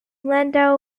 landau